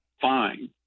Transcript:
fine